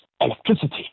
electricity